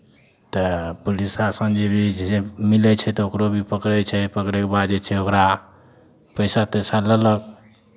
तऽ पुलिस शासन जे भी जे मिलै छै तऽ ओकरो भी पकड़ै छै पकड़यके बाद जे छै ओकरा पैसा तैसा लेलक